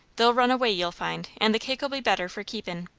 they'll run away, you'll find and the cake'll be better for keepin'.